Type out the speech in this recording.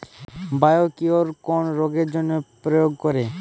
Biocure কোন রোগেরজন্য প্রয়োগ করে?